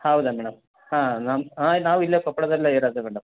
ಹೌದಾ ಮೇಡಮ್ ಹಾಂ ನಮ್ಮ ಹಾಂ ನಾವು ಇಲ್ಲೇ ಕೊಪ್ಪಳದಲ್ಲೇ ಇರೋದು ಮೇಡಮ್